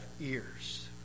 ears